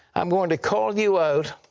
i'm going to call you out,